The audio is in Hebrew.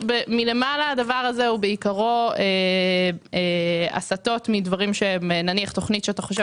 הדבר הזה הוא בעיקרו הסטות מדברים שהם תוכנית שאתה חושב